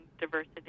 diversity